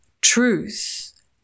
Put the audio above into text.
truth